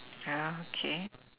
yeah okay